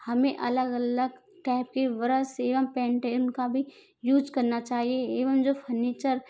हमें अलग अलग टाइप के ब्रस एवं पेंटिंग का भी यूज करना चाहिए एवं जो फर्नीचर